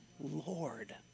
Lord